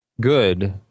good